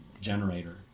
generator